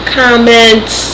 comments